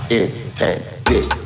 intended